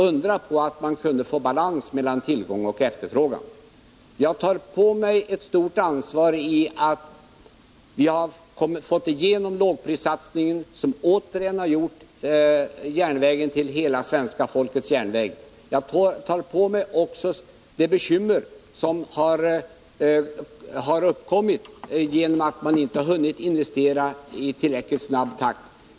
Undra på att man då kunde få balans mellan tillgång och efterfrågan. Jag tar på mig ett stort ansvar för att vi har fått igenom lågprissatsningen, som återigen har gjort järnvägen till hela svenska folkets järnväg. Jag tar också på mig det bekymmer som har uppkommit genom att man inte har hunnit investera i tillräckligt snabb takt.